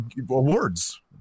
awards